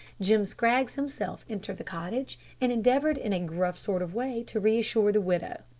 jim scraggs himself entered the cottage, and endeavoured in a gruff sort of way to re-assure the widow.